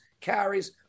carries